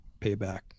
payback